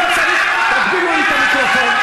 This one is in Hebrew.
הכלכלית, הביטחונית.